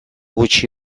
gutxi